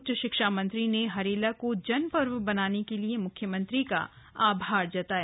उच्च शिक्षा मंत्री ने हरेला को जन पर्व बनाने के लिए मुख्यमंत्री का आभार जताया